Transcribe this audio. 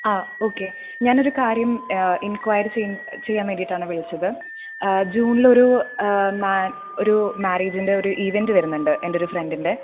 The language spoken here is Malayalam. ആ ഓക്കെ ഞാനൊരു കാര്യം എൻക്വയർ ചെയ്യുന്നത് ചെയ്യാൻ വേണ്ടീട്ടാണ് വിളിച്ചത് ജൂണിലൊരു ഒരു മാര്യേജിൻ്റെ ഒരു ഇവൻറ്റ് വരുന്നുണ്ട് എൻ്റെ ഒരു ഫ്രണ്ടിൻ്റെ